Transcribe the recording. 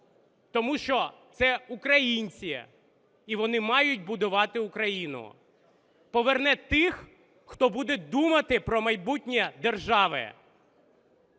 тому що це українці і вони мають будувати Україну. Поверне тих, хто буде думати про майбутнє держави,